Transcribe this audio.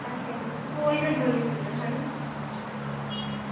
अच्छा अच्छा कोल कंडोली मंदर है ना